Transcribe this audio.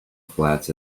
flats